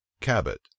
Cabot